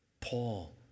Paul